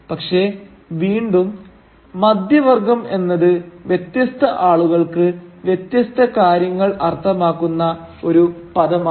പക്ഷേ വീണ്ടും മധ്യവർഗ്ഗം എന്നത് വ്യത്യസ്ത ആളുകൾക്ക് വ്യത്യസ്ത കാര്യങ്ങൾ അർത്ഥമാക്കുന്ന ഒരു പദമാണ്